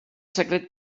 secret